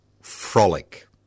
frolic